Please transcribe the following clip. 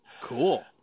Cool